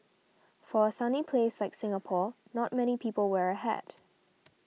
for a sunny place like Singapore not many people wear a hat